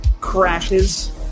crashes